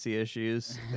issues